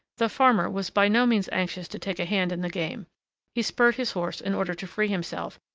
the farmer was by no means anxious to take a hand in the game he spurred his horse in order to free himself,